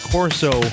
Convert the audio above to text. Corso